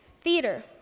theater